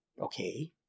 okay